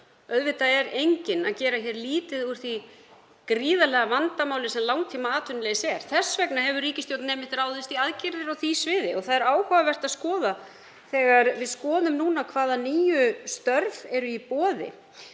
Auðvitað er enginn að gera lítið úr því gríðarlega vandamáli sem langtímaatvinnuleysi er. Þess vegna hefur ríkisstjórnin einmitt ráðist í aðgerðir á því sviði. Það er áhugavert að skoða núna hvaða nýju störf eru í boði